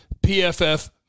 PFF